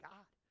God